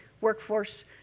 workforce